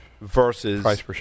versus